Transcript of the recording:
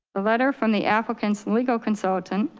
a letter from the applicant's legal consultant,